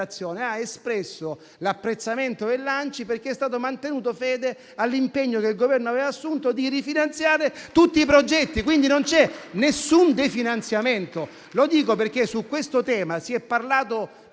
ha espresso l'apprezzamento dell'ANCI perché è stata mantenuta fede all'impegno che il Governo aveva assunto di rifinanziare tutti i progetti. Non c'è quindi alcun definanziamento. Lo dico perché di questo tema si è parlato